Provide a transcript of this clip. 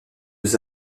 aux